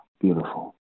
beautiful